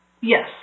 Yes